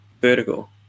vertical